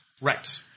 Right